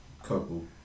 Couple